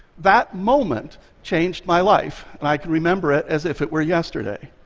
that moment changed my life, and i can remember it as if it were yesterday.